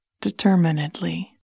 determinedly